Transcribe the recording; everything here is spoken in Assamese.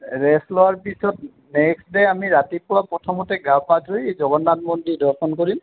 ৰেষ্ট লোৱাৰ পিছত নেক্সট ডে' আমি ৰাতিপুৱা প্ৰথমতে গা পা ধুই জগন্নাথ মন্দিৰ দৰ্শন কৰিম